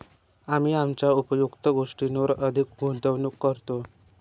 आम्ही आमच्या उपयुक्त गोष्टींवर अधिक गुंतवणूक करतो